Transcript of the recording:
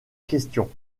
question